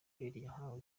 yahawe